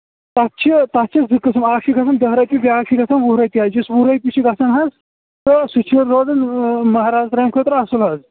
تَتھ چھِ تَتھ چھِ زٕ قٕسٕم اَکھ چھِ گژھان دہ رۄپیہِ بیاکھ چھُ گَژھان وُہ رۄپیہِ حظ یُس وُہ رۄپیہِ چھُ گَژھان حظ تہٕ سُہ چھُ روزان مہراز ترامہِ خٲطرٕ اصٕل حظ